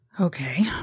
Okay